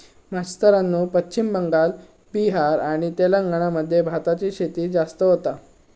मास्तरानू पश्चिम बंगाल, बिहार आणि तेलंगणा मध्ये भाताची शेती जास्त होता